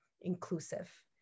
inclusive